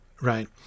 right